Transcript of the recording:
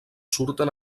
surten